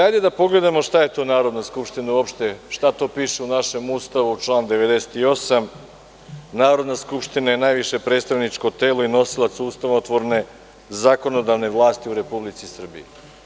Hajde da pogledamo šta je to Narodna skupština i uopšte šta to piše u našem Ustavu, član 98: „Narodna skupština je najviše predstavničko telo i nosilac ustavotvorne zakonodavne vlasti u Republici Srbiji“